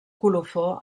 colofó